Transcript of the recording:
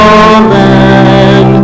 amen